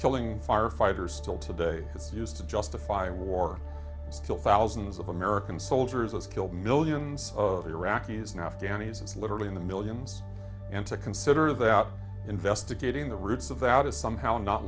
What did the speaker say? killing firefighters till today it's used to justify war still thousands of american soldiers killed millions of iraqis now afghanis is literally in the millions and to consider that out investigating the roots of out is somehow not